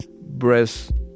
breath